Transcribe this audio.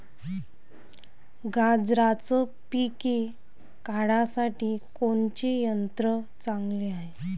गांजराचं पिके काढासाठी कोनचे यंत्र चांगले हाय?